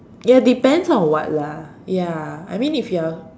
ya depends on what lah ya I mean if you are